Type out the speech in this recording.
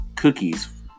cookies